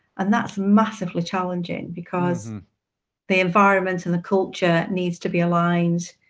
and that's massively challenging, because the environment and the culture needs to be aligned